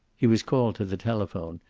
he was called to the telephone,